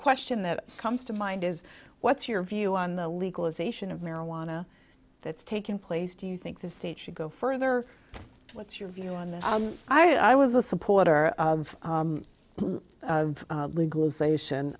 question that comes to mind is what's your view on the legalization of marijuana that's taking place do you think this state should go further what's your view on this i was a supporter of legalization